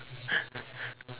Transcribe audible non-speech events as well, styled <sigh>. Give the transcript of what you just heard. <laughs>